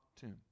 tomb